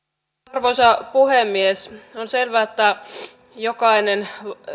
arvoisa puhemies on selvää että jokainen